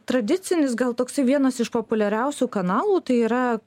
tradicinis gal toksai vienas iš populiariausių kanalų tai yra